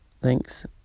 thanks